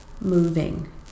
moving